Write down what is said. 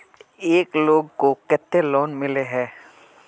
एक लोग को केते लोन मिले है?